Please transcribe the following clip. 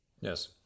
Yes